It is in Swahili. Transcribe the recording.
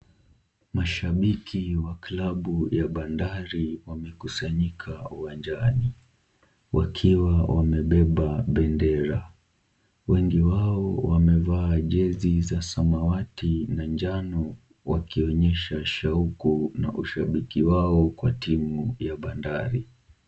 Mashabiki wa klabu ya Bandari wamekusanyika uwanjani wakiwa wamebeba bendera. Wengi wao wamevaa jezi za samawati na njano , wakionyesha shauku na ushabiki wao kwa timu ya Bandari.